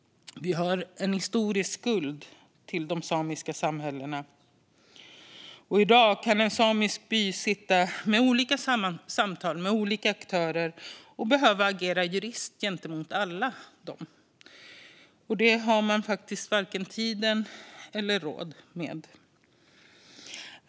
Vi har en historisk skuld till de samiska samhällena. I dag kan en sameby sitta i olika samtal med olika aktörer och behöva agera jurister gentemot dem alla. Det har man faktiskt varken tid eller råd med.